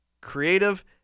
creative